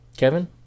Kevin